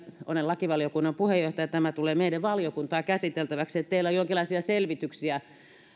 olen lakivaliokunnan puheenjohtaja tämä tulee meille valiokuntaan käsiteltäväksi kerroitte että teillä on jonkinlaisia selvityksiä